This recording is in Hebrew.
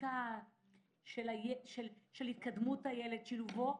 בדיקה של התקדמות הילד ושילובו?